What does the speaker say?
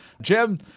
Jim